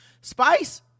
spice